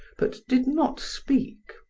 but did not speak.